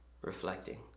reflecting